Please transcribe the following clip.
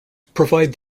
provide